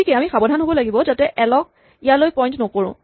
গতিকে আমি সাৱধান হ'ব লাগিব যাতে এল ক ইয়ালৈ পইন্ট নকৰো